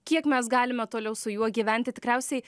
kiek mes galime toliau su juo gyventi tikriausiai